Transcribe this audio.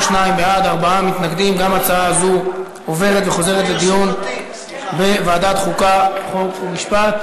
וההצעה חוזרת לדיון לוועדת חוקה, חוק ומשפט.